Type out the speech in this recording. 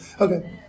Okay